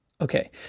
Okay